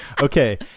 Okay